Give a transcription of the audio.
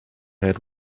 had